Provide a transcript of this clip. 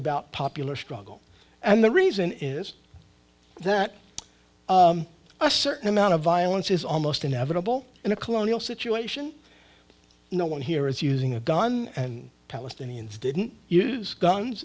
about popular struggle and the reason is that a certain amount of violence is almost inevitable in a colonial situation no one here is using a gun and palestinians didn't use